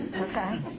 okay